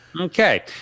Okay